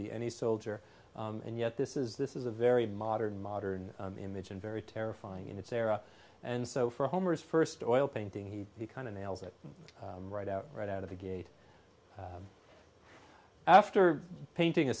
be any soldier and yet this is this is a very modern modern image and very terrifying in its era and so for homer's first oil painting he kind of nails it right out right out of the gate after painting a